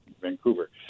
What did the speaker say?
Vancouver